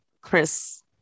chris